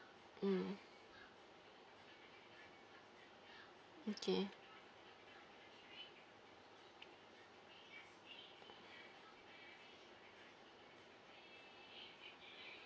mm okay